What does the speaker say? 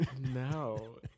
No